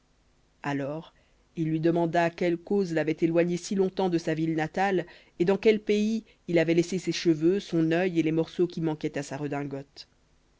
alors il lui demanda quelle cause l'avait éloigné si longtemps de sa ville natale et dans quel pays il avait laissé ses cheveux son œil et les morceaux qui manquaient à sa redingote